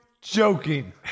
joking